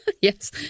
Yes